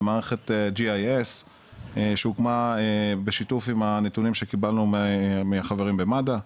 זה מערכת GIS שהוקמה בשיתוף עם הנתונים שקיבלנו מהחברים במד"א.